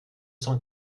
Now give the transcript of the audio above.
cent